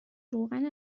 روغن